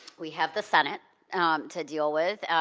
we have the senate to deal with.